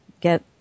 get